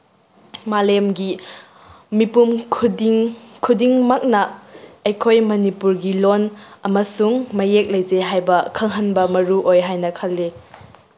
ꯃꯥꯂꯦꯝꯒꯤ ꯃꯤꯄꯨꯝ ꯈꯨꯗꯤꯡ ꯈꯨꯗꯤꯡꯃꯛꯅ ꯑꯩꯈꯣꯏ ꯃꯅꯤꯄꯨꯔꯒꯤ ꯂꯣꯜ ꯑꯃꯁꯨꯡ ꯃꯌꯦꯛ ꯂꯩꯖꯩ ꯍꯥꯏꯕ ꯈꯪꯍꯟꯕ ꯃꯔꯨ ꯑꯣꯏ ꯍꯥꯏꯅ ꯈꯜꯂꯤ